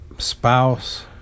spouse